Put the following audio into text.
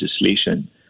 legislation